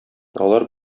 алар